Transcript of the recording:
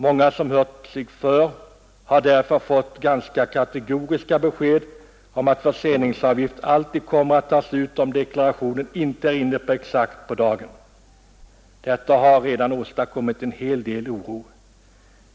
Många som hört sig för har därför fått ganska kategoriska besked om att förseningsavgift alltid kommer att tas ut, om deklarationen inte är inne exakt på dagen. Detta har redan åstadkommit en hel del oro.